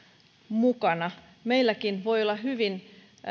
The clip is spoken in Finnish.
mukana meilläkin voi olla hyvin